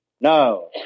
No